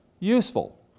useful